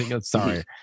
sorry